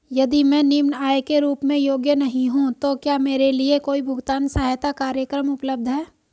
यदि मैं निम्न आय के रूप में योग्य नहीं हूँ तो क्या मेरे लिए कोई भुगतान सहायता कार्यक्रम उपलब्ध है?